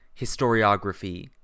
historiography